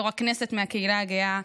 יו"ר הכנסת מהקהילה הגאה,